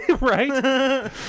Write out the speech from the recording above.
right